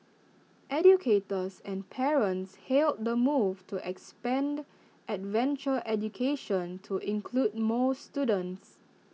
educators and parents hailed the move to expand adventure education to include more students